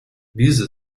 diese